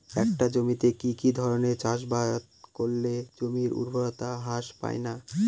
একটা জমিতে কি কি ধরনের চাষাবাদ করলে জমির উর্বরতা হ্রাস পায়না?